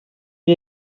gli